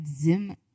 Zim